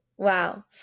Wow